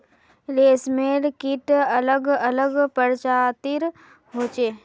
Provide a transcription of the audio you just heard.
रेशमेर कीट अलग अलग प्रजातिर होचे